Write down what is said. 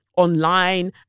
online